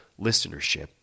listenership